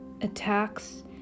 attacks